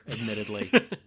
admittedly